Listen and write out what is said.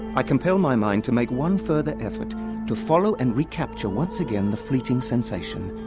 i compel my mind to make one further effort to follow and recapture once again the fleeting sensation